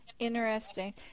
Interesting